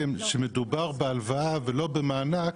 שמדובר בהלוואה ולא במענק,